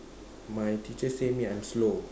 my teacher say me I'm slow